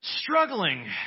Struggling